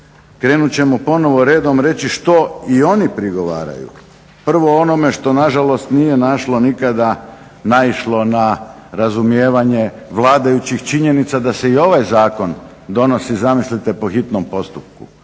krenut ćemo ponovno redom i reći što i oni prigovaraju. Prvo, onome što nažalost nije naišlo nikada na razumijevanje vladajućih činjenica da se i ovaj zakon donosi zamislite po hitnom postupku.